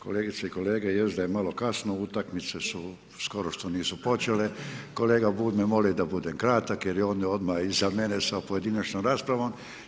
Kolegice i kolege, jest da je malo kasno, utakmice su skoro što nisu počele, kolega Bulj me moli da budem kratak, jer onda odmah iza mene sa pojedinačnom raspravom.